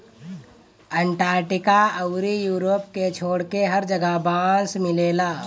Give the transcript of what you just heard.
Antarctica अउरी Europe के छोड़के हर जगह बांस मिलेला